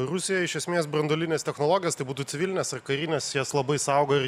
rusija iš esmės branduolines technologijas tai būtų civilinės ar karinės jas labai saugo ir